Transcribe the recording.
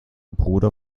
bruder